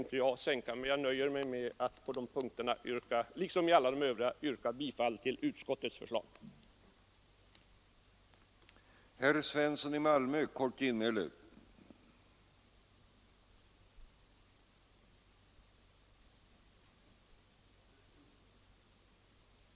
Jag avstår därför från argumentation när det gäller dessa reservationer och ber avslutningsvis att få yrka bifall till utskottets hemställan på samtliga punkter.